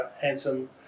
handsome